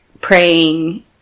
praying